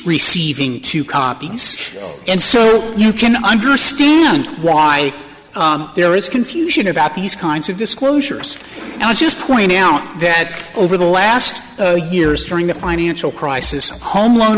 receiving two copies and so you can understand why there is confusion about these kinds of disclosures i'll just point out that over the last years during the financial crisis home loan